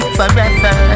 forever